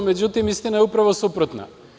Međutim, istina je upravo suprotna.